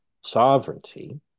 sovereignty